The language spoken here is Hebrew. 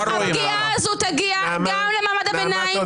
הפגיעה הזאת תגיע גם למעמד הביניים,